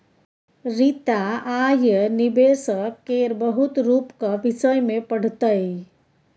रीता आय निबेशक केर बहुत रुपक विषय मे पढ़तै